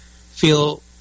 feel